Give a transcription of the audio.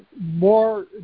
more